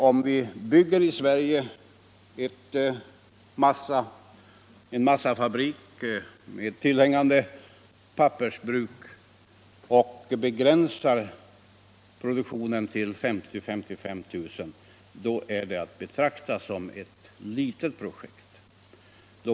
Om vi i Sverige bygger en massafabrik med tillhörande pappersbruk och begränsar produktionen till 50 000-53 000 ton är den att betrakta som ett litet projekt.